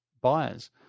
buyers